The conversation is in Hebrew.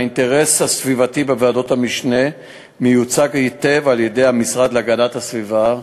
האינטרס הסביבתי בוועדות המשנה מיוצג היטב על-ידי המשרד להגנת הסביבה,